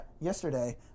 yesterday